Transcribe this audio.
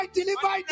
deliver